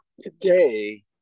today